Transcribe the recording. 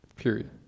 Period